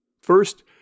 First